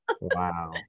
Wow